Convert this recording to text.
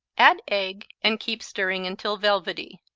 add egg and keep stirring until velvety.